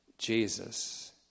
Jesus